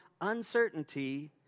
uncertainty